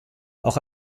auch